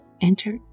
enter